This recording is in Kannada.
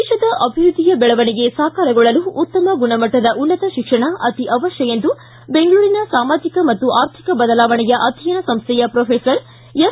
ದೇತದ ಅಭಿವೃದ್ಧಿಯ ಬೆಳವಣಿಗೆ ಸಾಕಾರಗೊಳ್ಳಲು ಉತ್ತಮ ಗುಣಮಟ್ಟದ ಉನ್ನತ ಶಿಕ್ಷಣ ಅತೀ ಅವಶ್ಯ ಎಂದು ಬೆಂಗಳೂರಿನ ಸಾಮಾಜಿಕ ಮತ್ತು ಆರ್ಥಿಕ ಬದಲಾವಣೆಯ ಅಧ್ಯಯನ ಸಂಸ್ಥೆಯ ಪೊಫೆಸರ್ ಎಸ್